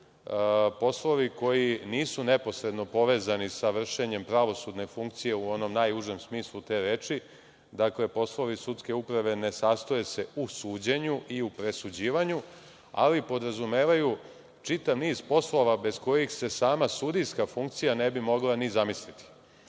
poslovi koji nisu neposredno povezani sa vršenjem pravosudne funkcije u onom najužem smislu te reči. Dakle, poslovi sudske uprave ne sastoje se u suđenju i u presuđivanju, ali podrazumevaju čitav niz poslova bez kojih se sama sudijska funkcija ne bi mogla ni zamisliti. Zbog